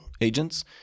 agents